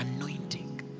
anointing